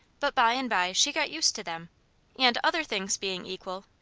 but by and by she got used to them and, other things being equal,